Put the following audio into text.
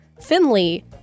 Finley